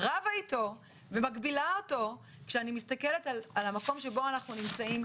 רבה איתו ומגבילה אותו כשאני מסתכלת על המקום שבו אנחנו נמצאים.